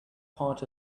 part